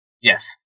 Yes